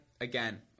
again